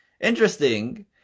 Interesting